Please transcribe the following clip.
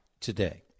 today